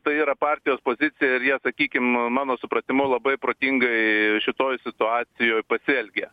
tai yra partijos pozicija ir jie sakykim mano supratimu labai protingai šitoj situacijoj pasielgė